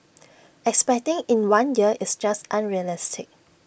expecting in one year is just unrealistic